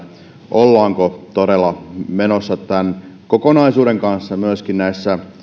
ollaanko todella menossa tämän kokonaisuuden kanssa myöskin näissä